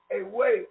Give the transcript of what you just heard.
away